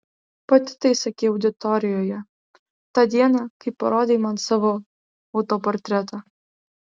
pati tai sakei auditorijoje tą dieną kai parodei man savo autoportretą